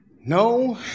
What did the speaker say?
No